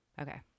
Okay